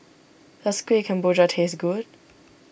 does Kuih Kemboja taste good